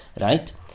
right